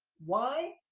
why?